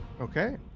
Okay